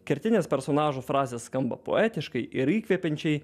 kertinės personažų frazės skamba poetiškai ir įkvepiančiai